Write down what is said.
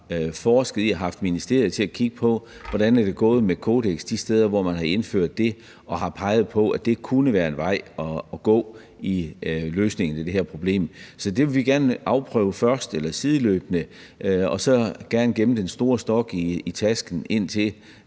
og haft ministeriet til at kigge på, hvordan det er gået med det kodeks de steder, hvor man har indført det, og har peget på, at det kunne være en vej at gå i løsningen af det her problem. Så det vil vi gerne afprøve først eller sideløbende, og så vil vi gerne gemme den store stok i tasken, indtil